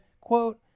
quote